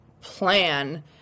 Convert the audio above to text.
plan